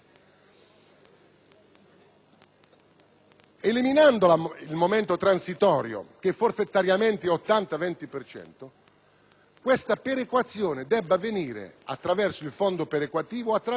questa perequazione debba avvenire attraverso il fondo perequativo o attraverso una perequazione delle capacità fiscali. Lo Stato cioè darebbe la possibilità ai Comuni più poveri